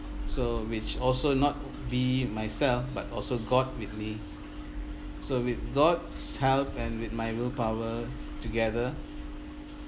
so which also not be myself but also god with me so with god's help and with my willpower together